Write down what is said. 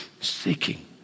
seeking